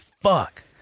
fuck